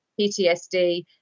PTSD